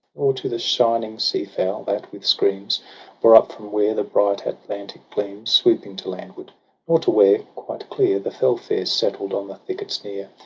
to the shining sea-fowl, that with screams bore up from where the bright atlantic gleams. swooping to landward nor to where, quite clear. the fell-fares settled on the thickets near.